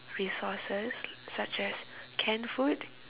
resources such as canned food